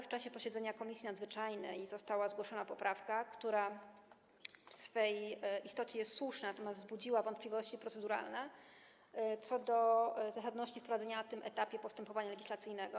W czasie posiedzenia Komisji Nadzwyczajnej została zgłoszona poprawka, która w swej istocie jest słuszna, natomiast wzbudziła wątpliwości proceduralne co do zasadności jej wprowadzenia na tym etapie postępowania legislacyjnego.